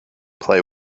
play